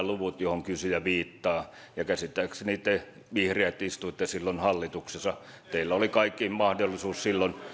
luvut joihin kysyjä viittaa tulivat kaksituhattayksitoista viiva kaksituhattaneljätoista ja käsittääkseni te vihreät istuitte silloin hallituksessa teillä oli kaikki mahdollisuudet silloin